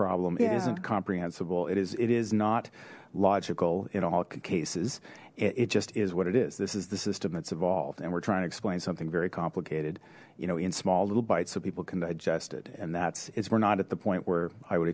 isn't comprehensible it is it is not logical in all cases it just is what it is this is the system that's evolved and we're trying to explain something very complicated you know in small little bites so people can digest it and that's it's we're not at the point where i would